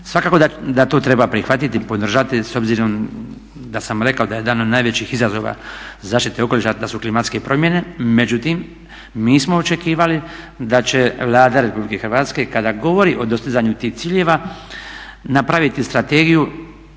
Svakako da to treba prihvatiti i podržati, s obzirom da sam rekao da je jedan od najvećih izazova zaštite okoliša da su klimatske promjene, međutim mi smo očekivali da će Vlada Republike Hrvatske kada govori o dostizanju tih ciljeva napraviti strategiju